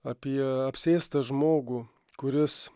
apie apsėstą žmogų kuris